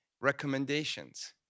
recommendations